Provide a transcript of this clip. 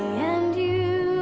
and you